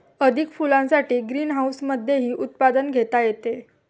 अधिक फुलांसाठी ग्रीनहाऊसमधेही उत्पादन घेता येते